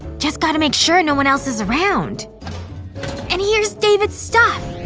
just gotta make sure no one else is around and here's david's stuff!